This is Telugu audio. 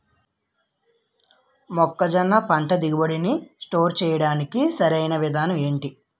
మొక్కజొన్న పంట దిగుబడి నీ స్టోర్ చేయడానికి సరియైన విధానం ఎంటి?